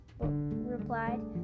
replied